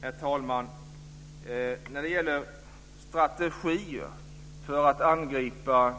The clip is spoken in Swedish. Herr talman! När det gäller strategier för att angripa